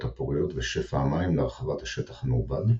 הפוריות ושפע המים להרחבת השטח המעובד,